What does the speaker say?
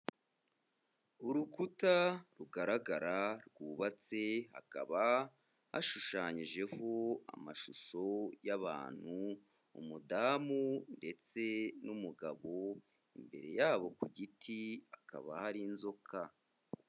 Urukuta rugaragara rwubatse, hakaba hashushanyijeho amashusho y'abantu, umudamu ndetse n'umugabo, imbere yabo ku giti, hakaba hari inzoka.